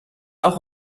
auch